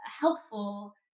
helpful